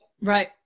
Right